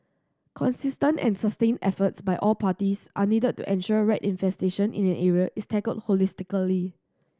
consistent and sustained efforts by all parties are needed to ensure rat infestation in an area is tackled holistically